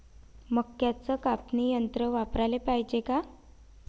मक्क्याचं कापनी यंत्र वापराले पायजे का?